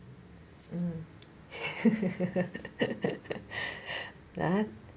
mm but